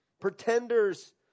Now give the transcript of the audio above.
pretenders